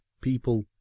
people